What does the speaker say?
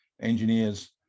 engineers